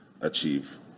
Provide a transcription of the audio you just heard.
achieve